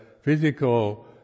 physical